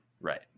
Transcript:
Right